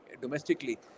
domestically